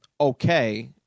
okay